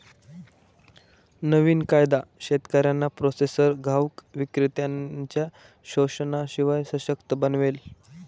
नवीन कायदा शेतकऱ्यांना प्रोसेसर घाऊक विक्रेत्त्यांनच्या शोषणाशिवाय सशक्त बनवेल